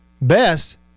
Best